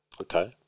Okay